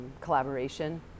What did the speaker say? collaboration